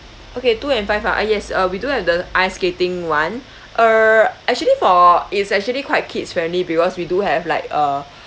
okay two and five ah ah yes uh we do have the ice skating [one] err actually for it's actually quite kids friendly because we do have like uh